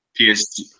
PSG